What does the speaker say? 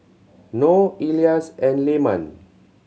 Nor Elyas and Leman